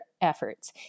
efforts